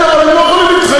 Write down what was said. כן, אבל הם לא יכולים להתחייב.